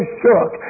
shook